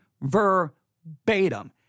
verbatim